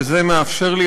וזה מאפשר לי,